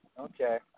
Okay